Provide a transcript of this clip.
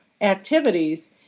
activities